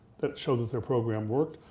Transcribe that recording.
that showed that their program worked.